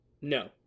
No